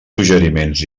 suggeriments